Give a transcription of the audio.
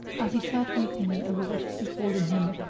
as he sat weeping over what had befallen him,